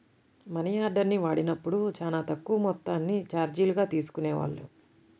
మనియార్డర్ని వాడినప్పుడు చానా తక్కువ మొత్తాన్ని చార్జీలుగా తీసుకునేవాళ్ళు